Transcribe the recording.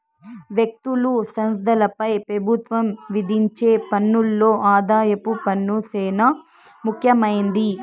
వ్యక్తులు, సంస్థలపై పెబుత్వం విధించే పన్నుల్లో ఆదాయపు పన్ను సేనా ముఖ్యమైంది